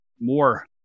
more